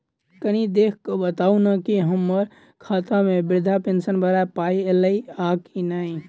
कनि देख कऽ बताऊ न की हम्मर खाता मे वृद्धा पेंशन वला पाई ऐलई आ की नहि?